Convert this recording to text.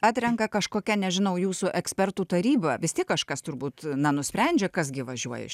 atrenka kažkokia nežinau jūsų ekspertų taryba vis tiek kažkas turbūt na nusprendžia kas gi važiuoja iš